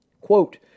Quote